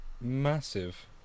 massive